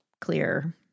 clear